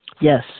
Yes